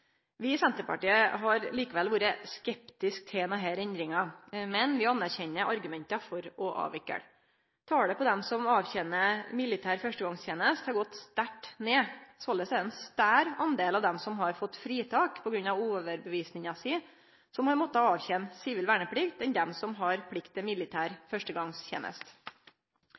Vi i Senterpartiet har likevel vore skeptiske til denne endringa, men vi anerkjenner argumenta for å avvikle. Talet på dei som avtener militær førstegongsteneste, har gått sterkt ned. Såleis er det ein større del av dei som har fått fritak på grunn av overtydinga si, som har måtta avtene sivil verneplikt enn dei som har plikt til militær